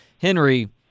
Henry